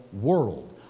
world